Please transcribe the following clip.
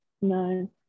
No